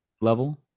level